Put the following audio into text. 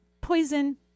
poison